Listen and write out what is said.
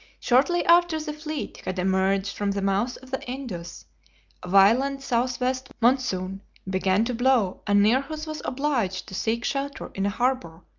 shortly after the fleet had emerged from the mouth of the indus a violent south-west monsoon began to blow and nearchus was obliged to seek shelter in a harbour,